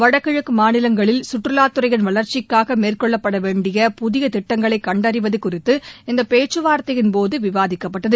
வடகிழக்கு மாநிலங்களில் சுற்றுலாத்துறையின் வளர்ச்சிக்காக மேற்கொள்ளப்பட வேண்டிய புதிய திட்டங்களை கண்டறிவது குறித்து இந்த பேச்சுவார்த்ததையின்போது விவாதிக்கப்பட்டது